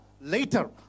later